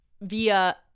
via